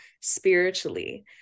spiritually